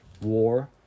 war